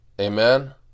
Amen